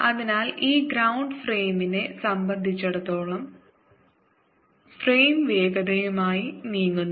അതിനാൽ ഈ ഗ്രൌണ്ട് ഫ്രെയിമിനെ സംബന്ധിച്ചിടത്തോളം ഫ്രെയിം വേഗതയുമായി നീങ്ങുന്നു